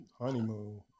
Honeymoon